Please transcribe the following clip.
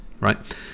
right